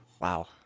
Wow